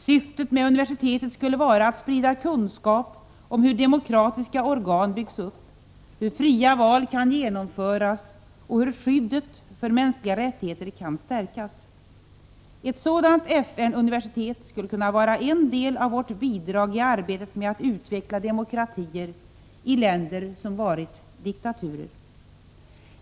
Syftet med universitetet skulle vara att sprida kunskap om hur demokratiska organ byggs upp, hur fria val kan genomföras och hur skyddet för mänskliga rättigheter kan stärkas. Ett sådant FN universitet skulle kunna vara en del av vårt bidrag i arbetet med att utveckla demokratier i länder som varit diktaturer.